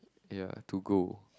ya to go